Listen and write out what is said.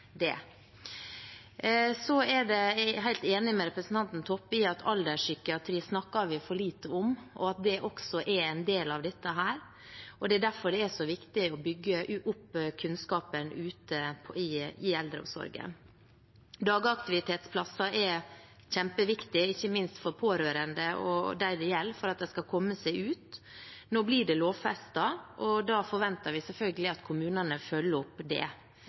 Så er jeg helt enig med representanten Toppe i at vi snakker for lite om alderspsykiatri, og at det også er en del av dette. Det er derfor det er så viktig å bygge opp kunnskapen ute i eldreomsorgen. Dagaktivitetsplasser er kjempeviktig ikke minst for pårørende og dem det gjelder, for at de skal komme seg ut. Nå blir det lovfestet, og da forventer vi selvfølgelig at kommunene følger opp det.